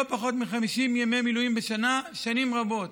פחות מ-50 ימי מילואים בשנה שנים רבות,